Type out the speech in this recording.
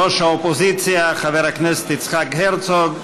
ראש האופוזיציה חבר הכנסת יצחק הרצוג,